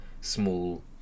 small